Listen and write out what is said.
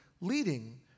leading